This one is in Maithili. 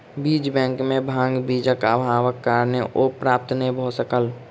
बीज बैंक में भांग बीजक अभावक कारणेँ ओ प्राप्त नै भअ सकल